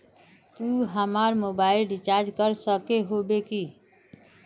तू हमर mobile recharge कर सके होबे की?